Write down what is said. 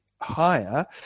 higher